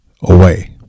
away